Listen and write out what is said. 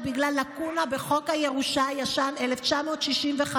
בגלל לקונה בחוק הירושה הישן מ-1965,